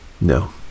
No